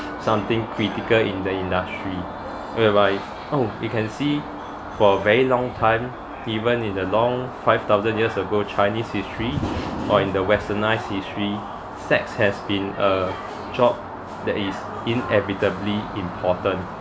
something critical in the in the industry whereby oh you can see for a very long time even in the long five thousand years ago chinese history or in the westernise history sex has been a job that is inevitably important